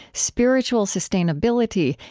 spiritual sustainability,